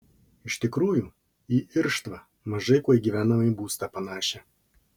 iš tikrųjų į irštvą mažai kuo į gyvenamąjį būstą panašią